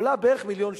שעולה בערך מיליון שקל.